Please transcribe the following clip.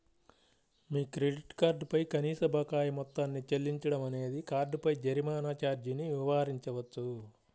మీ credit card పై కనీస బకాయి మొత్తాన్ని చెల్లించడం అనేది కార్డుపై జరిమానా ఛార్జీని నివారించవచ్చు